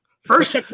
First